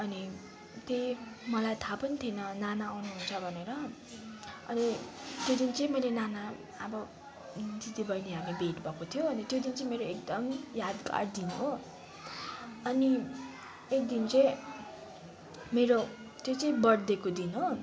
अनि त्यही मलाई थाहा पनि थिएन नाना आउनुहन्छ भनेर अनि त्यो दिन चाहिँ मैले नाना अब दिदीबहिनी हाम्रो भेट भएको थियो अनि त्यो दिन चाहिँ मेरो एकदम यादगार दिन हो अनि एकदिन चाहिँ मेरो त्यो चाहिँ बर्थडेको दिन हो